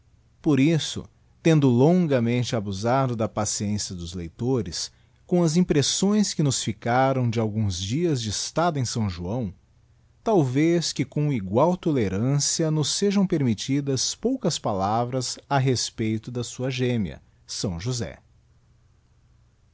por isso tendo longamente abusado da paciência dos leitores com as impressões que nos ficaram de alguns dias de estada em s joão talvez que com igual tolerância nos sejam permittidag poucas palavras a respeito da sua gémea s josé